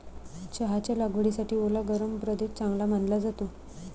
चहाच्या लागवडीसाठी ओला गरम प्रदेश चांगला मानला जातो